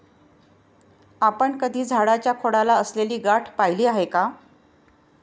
आपण कधी झाडाच्या खोडाला असलेली गाठ पहिली आहे का?